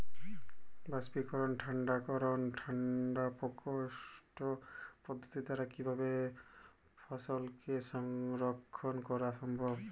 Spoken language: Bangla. বাষ্পীকরন ঠান্ডা করণ ঠান্ডা প্রকোষ্ঠ পদ্ধতির দ্বারা কিভাবে ফসলকে সংরক্ষণ করা সম্ভব?